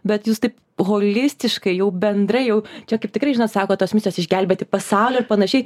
bet jūs taip holistiškai jau bendrai jau čia kaip tikrai žinot sako tos misijos išgelbėti pasaulį ir panašiai